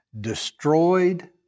destroyed